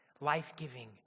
life-giving